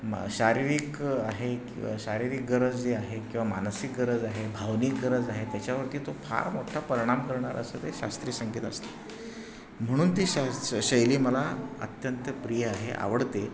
मग शारीरिक आहे किंवा शारीरिक गरज जी आहे किंवा मानसिक गरज आहे भावनिक गरज आहे त्याच्यावरती तो फार मोठा परिणाम करणारं असं ते शास्त्रीय संगीत असते म्हणून ती शा श शैली मला अत्यंत प्रिय आहे आवडते